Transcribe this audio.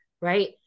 right